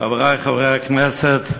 חברי חברי הכנסת,